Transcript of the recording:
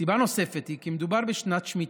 סיבה נוספת היא כי מדובר בשנת שמיטה,